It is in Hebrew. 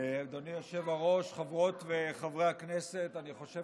אדוני היושב-ראש, חברות וחברי הכנסת, אני חושב